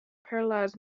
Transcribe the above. paralysed